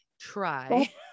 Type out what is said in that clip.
Try